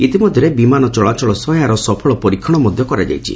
ଇତିମଧ୍ଧରେ ବିମାନ ଚଳାଚଳ ସହ ଏହାର ସଫଳ ପରୀକ୍ଷଣ ମଧ କରାଯାଇଛି